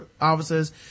officers